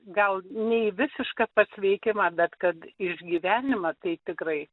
gal ne į visišką pasveikimą bet kad išgyvenimą tai tikrai